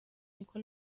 niko